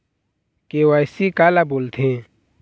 KYC काला बोलथें?